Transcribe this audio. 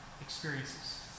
experiences